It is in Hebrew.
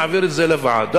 נעביר את זה לוועדה.